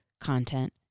content